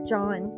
John